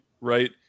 right